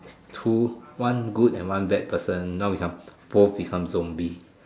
two one good and one bad person now become both become zombie